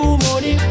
money